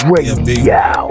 Radio